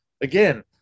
Again